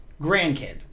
grandkid